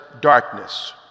darkness